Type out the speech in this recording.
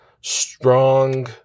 strong